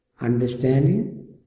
understanding